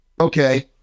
okay